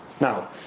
Now